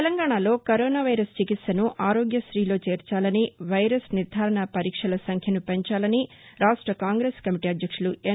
తెలంగాణా లో corona virus చికిత్సను ఆరోగ్యతీలో చేర్చాలని వైరస్ నిర్దారణా పరీక్షల సంఖ్యను పెంచాలనీ రాష్ట కాంగ్రెస్ కమిటీ అధ్యక్షులు ఎన్